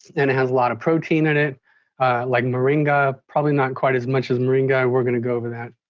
and it has a lot of protein in it like moringa. probably not quite as much as moringa. we're gonna go over that.